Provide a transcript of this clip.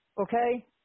okay